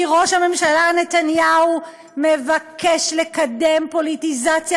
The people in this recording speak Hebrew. כי ראש הממשלה נתניהו מבקש לקדם פוליטיזציה